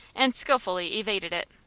and skillfully evaded it.